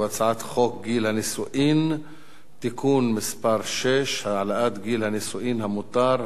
והוא הצעת חוק גיל הנישואין (תיקון מס' 6) (העלאת גיל הנישואין המותר),